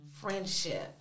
friendship